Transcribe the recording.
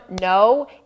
no